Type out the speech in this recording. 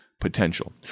potential